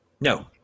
No